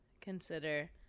consider